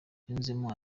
yunzemo